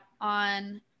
on